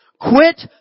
Quit